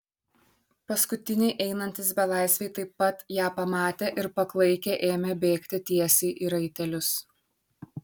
paskutiniai einantys belaisviai taip pat ją pamatė ir paklaikę ėmė bėgti tiesiai į raitelius